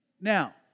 Now